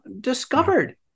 discovered